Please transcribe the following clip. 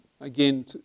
Again